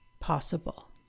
possible